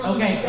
Okay